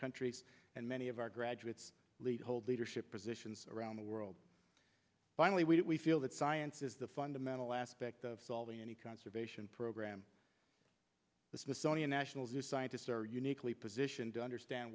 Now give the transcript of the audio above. countries and many of our graduates leasehold leadership positions around the world finally we feel that science is the fundamental aspect of solving any conservation program the smithsonian national zoo scientists are uniquely positioned to understand